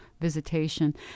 visitation